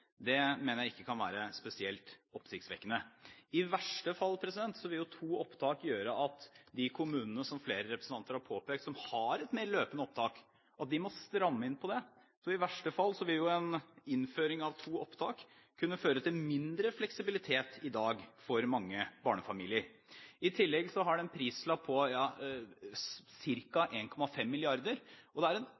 mener jeg ikke kan være spesielt oppsiktsvekkende. I verste fall vil jo to opptak gjøre at de kommunene som flere representanter har påpekt har et mer løpende opptak, må stramme inn på det. Så i verste fall vil jo en innføring av to opptak kunne føre til mindre fleksibilitet i dag for mange barnefamilier. I tillegg har det en prislapp på ca. 1,5 mrd. kr, og det er en